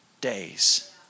days